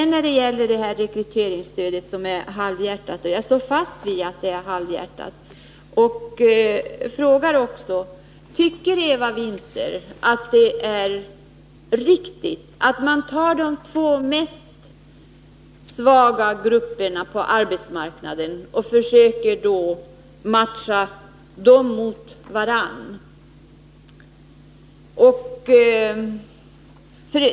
När det sedan gäller rekryteringsstödet vill jag säga att jag står fast vid att det är halvhjärtat. Tycker Eva Winther att det är riktigt att ta de två mest svaga grupperna på arbetsmarknaden och försöka matcha dem mot varandra?